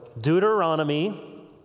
Deuteronomy